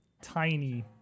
tiny